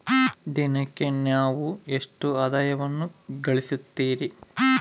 ದಿನಕ್ಕೆ ನೇವು ಎಷ್ಟು ಆದಾಯವನ್ನು ಗಳಿಸುತ್ತೇರಿ?